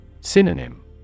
Synonym